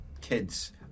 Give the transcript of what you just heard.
kids